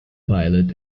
pilot